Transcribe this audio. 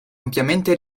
ampiamente